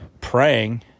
praying